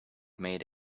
made